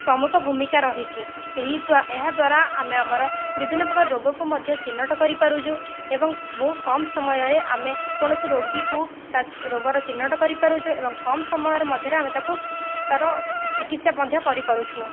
ପ୍ରମୁଖ ଭୂମିକା ରହିଛି ଏହି ଏହା ଦ୍ଵାରା ଆମେ ଆମର ବିଭିନ୍ନ ପ୍ରକାର ରୋଗକୁ ମଧ୍ୟ ଚିହ୍ନଟ କରିପାରୁଛୁ ଏବଂ ବହୁତ କମ୍ ସମୟରେ ଆମେ କୋଣସି ରୋଗୀକୁ ତା' ରୋଗର ଚିହ୍ନଟ କରିପାରୁଛୁ ଏବଂ କମ୍ ସମୟରେ ମଧ୍ୟରେ ଆମେ ତାକୁ ତା'ର ଚିକତ୍ସା ମଧ୍ୟ କରିପାରୁଛୁ